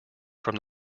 from